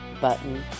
button